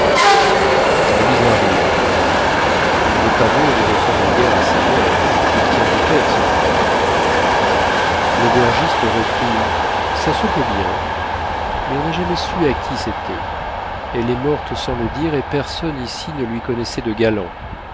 je me mis à rire il n'est pas beau et ne ressemble guère à sa mère il tient du père sans doute l'aubergiste reprit ça se peut bien mais on n'a jamais su à qui c'était elle est morte sans le dire et personne ici ne lui connaissait de galant